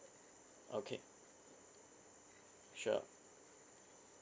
okay sure